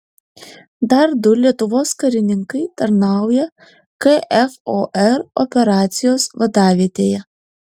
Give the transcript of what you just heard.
dar du lietuvos karininkai tarnauja kfor operacijos vadavietėje